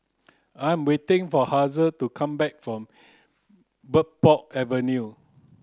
I'm waiting for Hazel to come back from Bridport Avenue